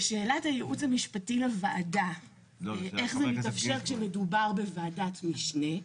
לשאלת הייעוץ המשפטי לוועדה איך זה מתאפשר כשמדובר בוועדת משנה,